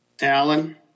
Alan